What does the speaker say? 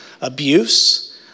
abuse